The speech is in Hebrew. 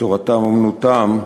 שתורתם אומנותם,